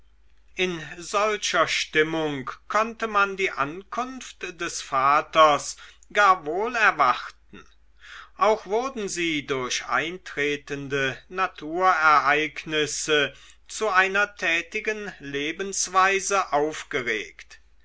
in solcher stimmung konnte man die ankunft des vaters gar wohl erwarten auch wurden sie durch eintretende naturereignisse zu einer tätigen lebensweise aufgeregt